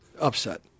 upset